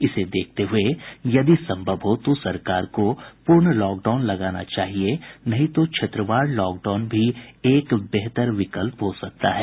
इसे देखते हुए यदि संभव हो तो सरकार को पूर्ण लॉकडाउन लगाना चाहिए नहीं तो क्षेत्रवार लॉकडाउन भी एक बेहतर विकल्प हो सकता है